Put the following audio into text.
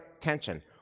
tension